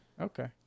Okay